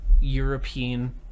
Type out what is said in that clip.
European